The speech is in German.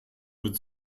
mit